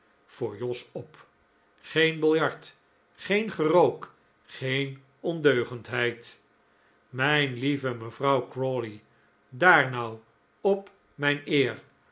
voor jos op geen biljart geen gerook geen ondeugendigheid mijn lieve mevrouw crawley daar nou op mijn eer